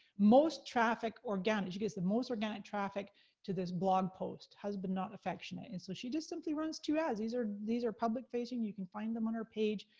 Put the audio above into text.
most trafficked organic. she gets the most organic traffic to this blog post, husband not affectionate. and so she just simply runs two ads. these are these are public-facing, you can find them on her page,